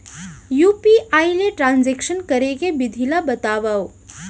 UPI ले transaction करे के विधि ला बतावव?